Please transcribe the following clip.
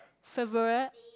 favourite